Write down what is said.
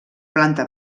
planta